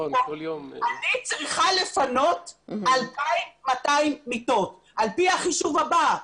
אני צריכה לפנות 2,200 מיטות, על פי החישוב הבא,